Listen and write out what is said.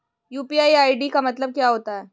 UPI ID का मतलब क्या होता है?